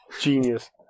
Genius